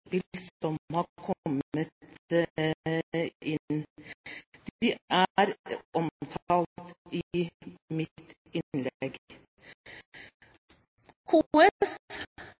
har kommet. De er omtalt i mitt innlegg.